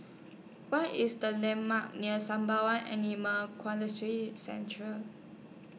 What IS The landmarks near Sembawang Animal Central